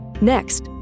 Next